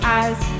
eyes